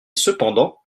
cependant